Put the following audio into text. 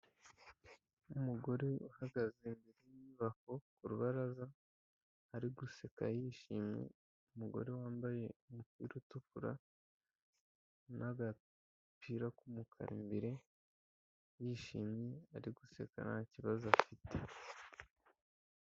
Umugore uhagaze ku nyubako ku rubaraza ari guseka yishimye. Umugore wambaye umupira utukura n'agapira k'umukara imbere, yishimye ari guseka ntakibazo afite.